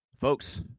Folks